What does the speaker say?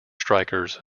strikers